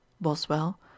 boswell